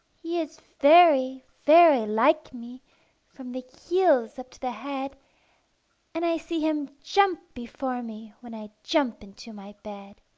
he is very, very like me from the heels up to the head and i see him jump before me, when i jump into my bed.